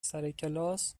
سرکلاس